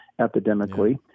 epidemically